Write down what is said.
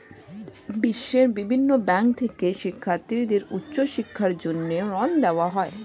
বিশ্বের বিভিন্ন ব্যাংক থেকে শিক্ষার্থীদের উচ্চ শিক্ষার জন্য ঋণ দেওয়া হয়